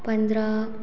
पंद्रह